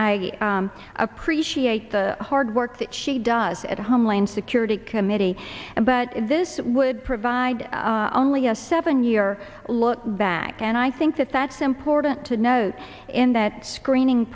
i appreciate the hard work that she does at homeland security committee and but in this it would provide only a seven year look back and i think that that's important to note in that screening